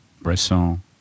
Bresson